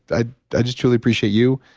i i just truly appreciate you.